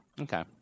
Okay